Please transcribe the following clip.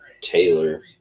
Taylor